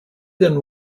then